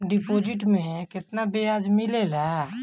Deposit मे केतना बयाज मिलेला?